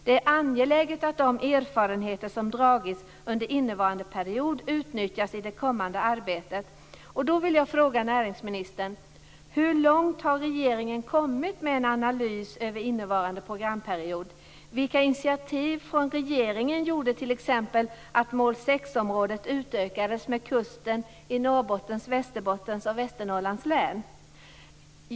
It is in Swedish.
Det är angeläget att de erfarenheter som dragits under innevarande period utnyttjas i det kommande arbetet."